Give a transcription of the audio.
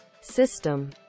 system